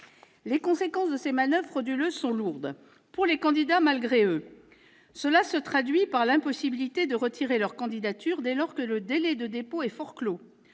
Les conséquences de ces manoeuvres frauduleuses sont lourdes. Pour les candidats malgré eux, cela se traduit par l'impossibilité de retirer leur candidature dès lors que le délai de dépôt est forclos